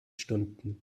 stunden